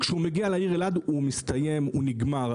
כשהוא מגיע לעיר אלעד, הוא מסתיים, הוא נגמר.